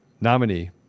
nominee